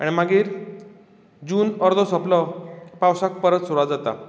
आनी मागीर जून अर्दो सोंपलो पावसाक परत सुरवात जाता